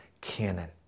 canon